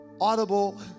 Audible